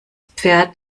pferd